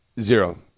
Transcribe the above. Zero